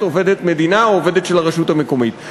עובדת מדינה או עובדת של הרשות המקומית,